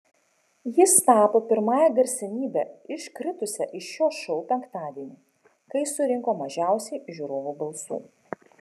jis tapo pirmąja garsenybe iškritusia iš šio šou penktadienį kai surinko mažiausiai žiūrovų balsų